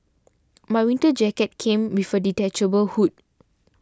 my winter jacket came with a detachable hood